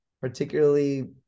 particularly